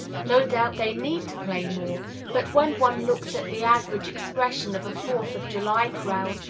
no doubt they need to play more but, when one looks at the average expression of a fourth of july crowd,